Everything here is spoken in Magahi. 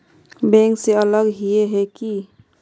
बैंक से अलग हिये है की?